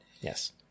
Yes